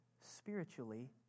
spiritually